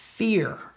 Fear